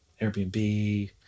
Airbnb